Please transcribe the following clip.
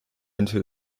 into